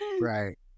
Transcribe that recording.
Right